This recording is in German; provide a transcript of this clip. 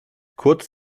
kurz